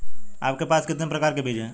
आपके पास कितने प्रकार के बीज हैं?